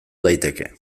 daiteke